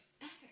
Better